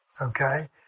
okay